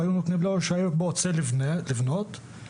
לשאלתך,